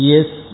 Yes